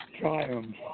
triumph